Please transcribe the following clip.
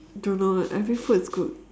don't know every food is good